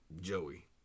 Joey